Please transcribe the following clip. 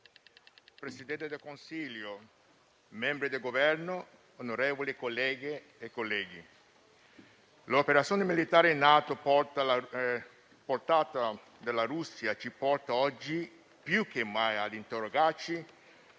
Presidente del Consiglio, membri del Governo, onorevoli colleghe e colleghi, l'operazione militare in atto da parte della Russia ci porta oggi più che mai a interrogarci